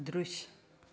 दृश्य